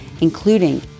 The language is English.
including